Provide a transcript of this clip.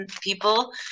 people